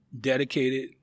dedicated